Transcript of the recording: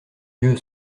dieu